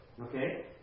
Okay